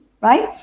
right